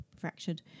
fractured